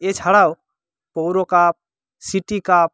এছাড়াও পৌর cup city cup